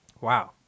Wow